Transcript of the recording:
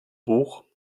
buch